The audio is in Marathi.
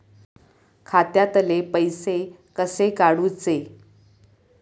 खात्यातले पैसे कसे काडूचे?